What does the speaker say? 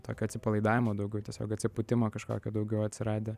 tokio atsipalaidavimo daugiau tiesiog atsipūtimo kažkokio daugiau atsiradę